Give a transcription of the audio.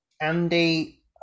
Andy